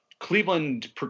Cleveland